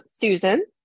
Susan